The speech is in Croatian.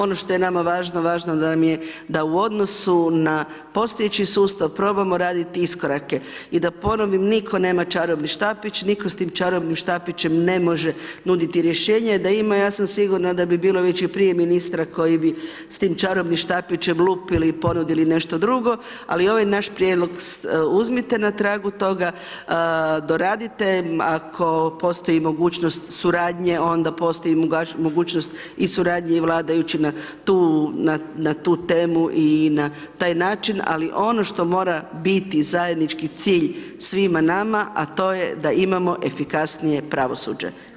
Ono što je nama važno, važno nam je da u odnosu na postojeći sustav probamo raditi iskorake i da ponovim nitko nema čarobni štapić, nitko s tim čarobnim štapićem ne može nuditi rješenje, da ima ja sam sigurna da bi bilo već i prije ministra koji bi s tim čarobnim štapićem lupili i ponudili nešto drugo, ali ovaj naš prijedlog uzmite na tragu toga, doradite ako postoji mogućnost suradnje onda postoji mogućnost i suradnje i vladajući na tu, na tu temu i na taj način, ali ono što mora biti zajednički cilj svima nama, a to je da imamo efikasnije pravosuđe.